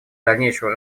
дальнейшего